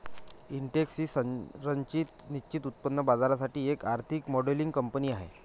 Intex ही संरचित निश्चित उत्पन्न बाजारासाठी एक आर्थिक मॉडेलिंग कंपनी आहे